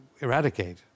eradicate